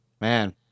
man